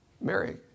Mary